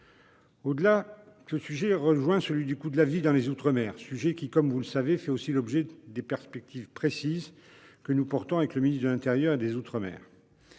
Au-delà, ce sujet rejoint celui du coût de la vie dans les outre-mer, sujet qui, comme vous le savez, fait lui aussi l'objet de perspectives précises que le ministre de l'intérieur et des outre-mer